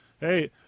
Hey